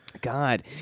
God